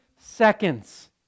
seconds